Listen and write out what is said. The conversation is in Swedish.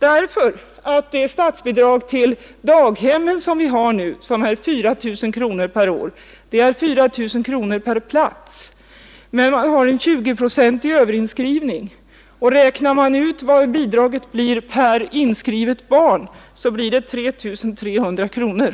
Det statsbidrag som nu utgår till daghemmen är nämligen 4 000 kronor per plats, men man har en tjugoprocentig överinskrivning, och bidraget blir därför per inskrivet barn 3 300 kronor.